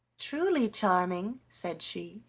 truly, charming, said she,